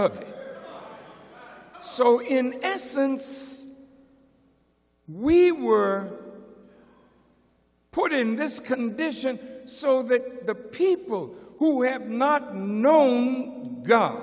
of so in essence we were put in this condition so that the people who have not known go